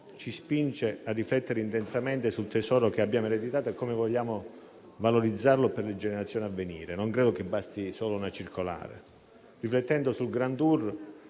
ci spinge a riflettere intensamente sul tesoro che abbiamo ereditato e su come vogliamo valorizzarlo per le generazioni a venire. Non credo che basti solo una circolare. Riflettendo sul *grand